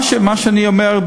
מה שאני אומר,